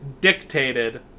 dictated